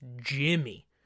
Jimmy